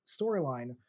storyline